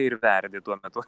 ir verdi tuo metu